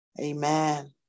Amen